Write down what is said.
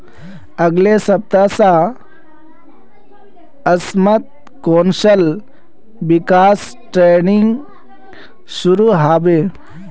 अगले सप्ताह स असमत कौशल विकास ट्रेनिंग शुरू ह बे